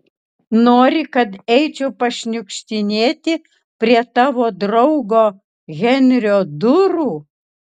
nori kad eičiau pašniukštinėti prie tavo draugo henrio durų